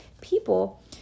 people